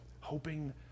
hoping